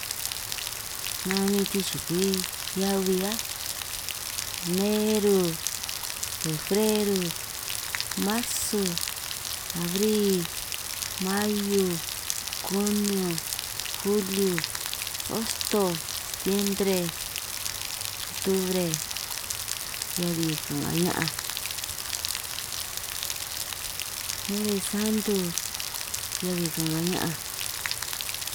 Nan bin sichukwi heabi áj, neru, febreru, marsu, abril, mahiu, kunio, juliu, hosto, stiembre, tubre, heabi ka'nga ña'anj, nobresantu, heabi ka'nga ña'anj.